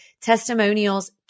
Testimonials